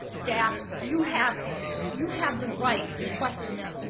staff, you have you have the right to question them.